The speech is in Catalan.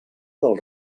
del